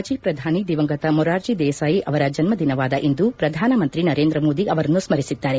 ಮಾಜಿ ಪ್ರಧಾನಿ ದಿವಂಗತ ಮೊರಾರ್ಜಿ ದೇಸಾಯಿ ಅವರ ಜನ್ದದಿನವಾದ ಇಂದು ಪ್ರಧಾನ ಮಂತ್ರಿ ನರೇಂದ್ರ ಮೋದಿ ಅವರನ್ನು ಸ್ಠರಿಸಿದ್ದಾರೆ